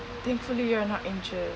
thankfully you're not injured